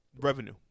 Revenue